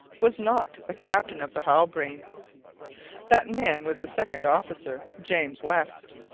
was not the captain of the halbrane that man was the second officer, james west,